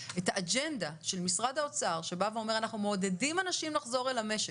האג'נדה של משרד האוצר שבא ואומר 'אנחנו מעודדים אנשים לחזור אל המשק,